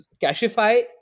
cashify